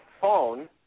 phone